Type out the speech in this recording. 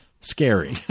scary